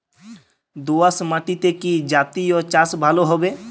দোয়াশ মাটিতে কি জাতীয় চাষ ভালো হবে?